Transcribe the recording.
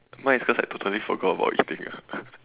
mine is because I totally forgot about eating ah